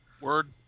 Word